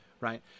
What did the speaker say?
right